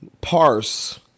parse